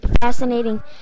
fascinating